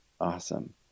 awesome